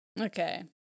Okay